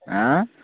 हाँ